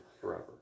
forever